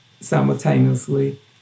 simultaneously